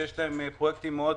שיש להם פרויקטים דומים,